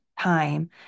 time